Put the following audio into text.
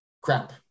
crap